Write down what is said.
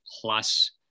plus